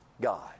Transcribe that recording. God